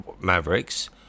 Mavericks